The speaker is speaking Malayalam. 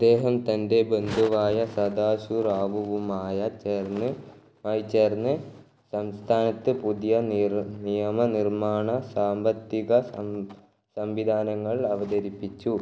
അദ്ദേഹം തൻ്റെ ബന്ധുവായ സദാശിവറാവുവുമായ ചേർന്ന് മായി ചേർന്ന് സംസ്ഥാനത്ത് പുതിയ നിയമ നിർമ്മാണ സാമ്പത്തിക സംവിധാനങ്ങൾ അവതരിപ്പിച്ചു